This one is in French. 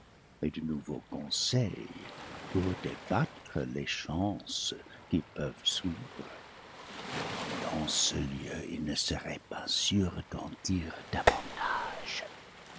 et de nouveaux conseils pour débattre les chances qui peuvent suivre dans ce lieu il ne serait pas sûr d'en dire davantage